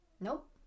Nope